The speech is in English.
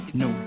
no